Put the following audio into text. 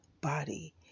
body